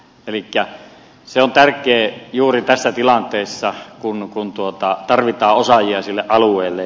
elikkä se on tärkeää juuri tässä tilanteessa kun tarvitaan osaajia sille alueelle